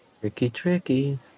Tricky-tricky